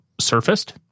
surfaced